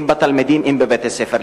אם בתלמידים ואם בבית-הספר.